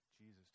Jesus